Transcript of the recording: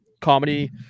comedy